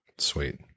Sweet